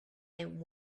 and